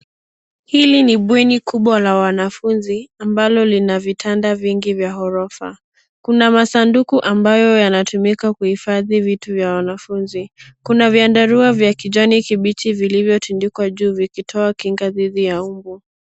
Hili ni bweni kubwa la wanafunzi ambalo lina vitanda vingi vya gorofa. Kuna masanduku ambayo yanatumika kuhifadhi vitu vya wanafunzi. Kuna vyandarua vya kinaji kibichi vilivyotundikwa juu vikitoa kinga dhidi ya mmbu.